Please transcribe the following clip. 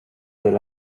del